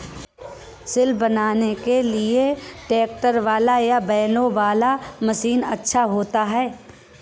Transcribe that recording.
सिल बनाने के लिए ट्रैक्टर वाला या बैलों वाला मशीन अच्छा होता है?